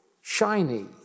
shiny